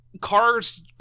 cars